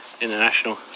international